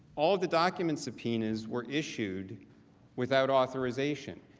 all the document subpoenas were issued without authorization.